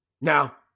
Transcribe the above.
Now